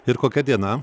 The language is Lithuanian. ir kokia diena